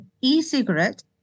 e-cigarette